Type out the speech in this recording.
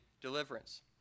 deliverance